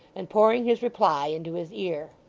and pouring his reply into his ear